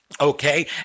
okay